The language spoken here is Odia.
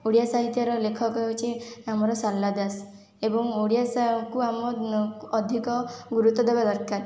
ଓଡ଼ିଆ ସାହିତ୍ୟର ଲେଖକ ହେଉଛି ଆମର ଶାରଳା ଦାସ ଏବଂ ଓଡ଼ିଆକୁ ଆମ ଅଧିକ ଗୁରୁତ୍ଵ ଦେବା ଦରକାର